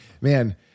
man